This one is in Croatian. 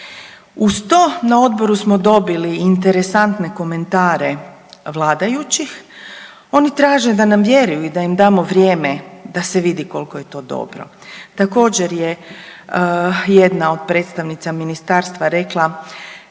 Uz to na odboru smo dobili interesantne komentare vladajućih. Oni traže da nam vjeruju i da im damo vrijeme da se vidi koliko je to dobro. Također je jedna od predstavnica ministarstva rekla,